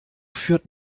führt